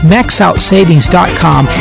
MaxOutSavings.com